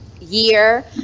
year